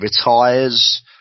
retires